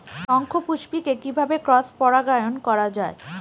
শঙ্খপুষ্পী কে কিভাবে ক্রস পরাগায়ন করা যায়?